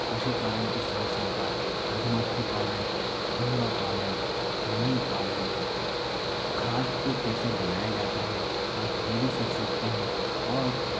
पशुपालन के साथ साथ आप मधुमक्खी पालन घोंगा पालन कृमी पालन खाद को कैसे बनाया जाता है आप ये भी सीख सकते हैं और